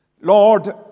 Lord